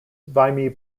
vimy